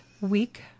week